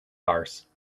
bars